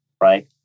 right